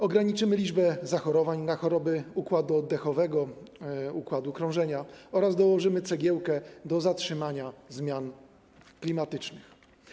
Ograniczymy liczbę zachorowań na choroby układu oddechowego, układu krążenia oraz dołożymy cegiełkę do zatrzymania zmian klimatycznych.